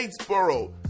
Statesboro